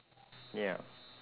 ya